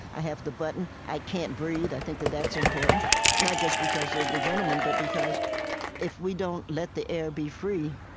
i have the button, i can't breathe. i think that that's important not just because of the gentleman, but because if we don't let the air be free,